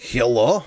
Hello